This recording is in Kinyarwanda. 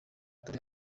dore